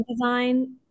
design